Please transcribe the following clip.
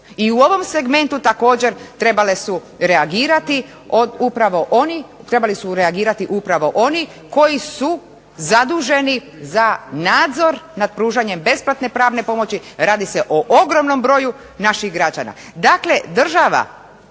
od upravo onih, trebali su reagirati upravo oni koji su zaduženi za nadzor nad pružanjem besplatne pravne pomoći, radi se o ogromnom broju naših građana.